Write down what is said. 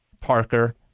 parker